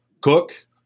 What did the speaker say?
Cook